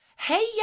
Hey